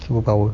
superpower